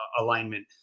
alignment